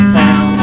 town